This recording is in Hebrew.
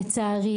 לצערי